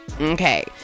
okay